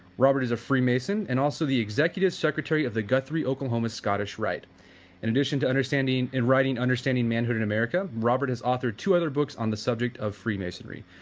robert is a free mason and also the executive secretary of the guthrie oklahoma scottish rite, and in addition to understanding and writing understanding manhood in america, robert has authored two other books on the subject of free masonry.